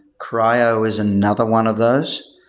cri-o is another one of those.